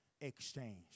exchange